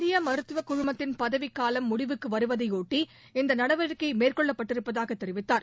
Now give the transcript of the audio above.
இந்திய மருத்துவக்குழுமத்தின் பதவிக்காலம் முடிவுக்கு வருவதை ஒட்டி இந்த நடவடிக்கை மேற்கொள்ளப்பட்டிருப்பதாக தெரிவித்தார்